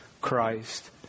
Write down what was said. Christ